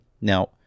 now